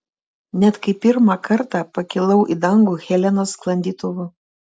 net kai pirmą kartą pakilau į dangų helenos sklandytuvu